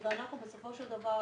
אנחנו בסופו של דבר